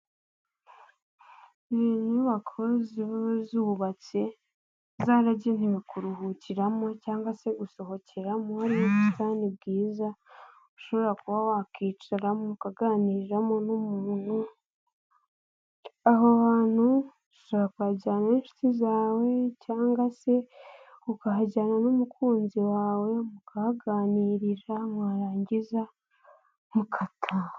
Inyubako ziba zubatse zaragenewe kuruhukiramo cyangwa se gusohokeramo harimo ubusitani bwiza ushobora kuba wakicara mukaganiriramo n'umuntu, aho hantu ushobora kuhajyana n'inshuti zawe, cyangwa se ukahajyana n'umukunzi wawe, mukahaganirira mwarangiza mugataha.